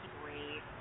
great